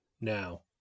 now